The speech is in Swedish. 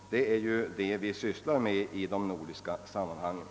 Det är ju sådant som vi arbetar med i de nordiska sammanhangen.